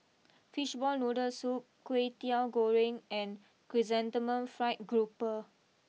Fishball Noodle Soup Kwetiau Goreng and Chrysanthemum Fried grouper